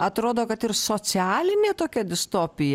atrodo kad ir socialinė tokia distopija